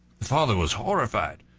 the father was horrified,